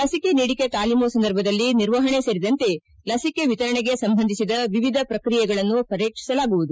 ಲಸಿಕೆ ನೀಡಿಕೆ ತಾಲೀಮು ಸಂದರ್ಭದಲ್ಲಿ ನಿರ್ವಹಣೆ ಸೇರಿದಂತೆ ಲಸಿಕೆ ವಿತರಣೆಗೆ ಸಂಬಂಧಿಸಿದ ವಿವಿಧ ಪ್ರಕ್ರಿಯೆಗಳನ್ನು ಪರೀಕ್ಷಿಸಲಾಗುವುದು